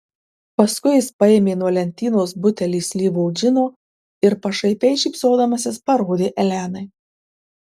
paskui jis paėmė nuo lentynos butelį slyvų džino ir pašaipiai šypsodamasis parodė elenai